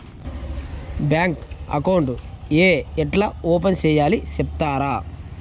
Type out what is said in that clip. Bank account ఏ ఎట్లా open సేయాలి సెప్తారా?